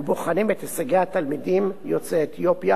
ובוחנים את הישגי התלמידים יוצאי אתיופיה